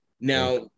Now